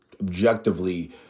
objectively